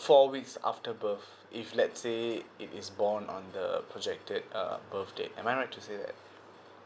four weeks after birth if let say if it's born on the projected uh birth date am I right to say that